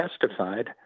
testified